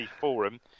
forum